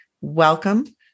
welcome